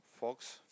Fox